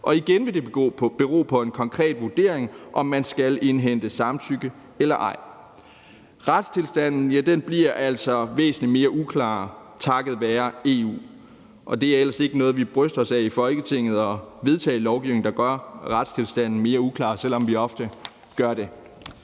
og igen vil det bero på en konkret vurdering, om man skal indhente samtykke eller ej. Retstilstanden bliver altså væsentlig mere uklar takket være EU, og det er ellers ikke noget, vi i Folketinget bryster os af, altså at vedtage en lovgivning, der gør retstilstanden mere uklar, selv om vi ofte gør det.